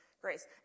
grace